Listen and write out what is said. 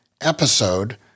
episode